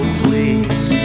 please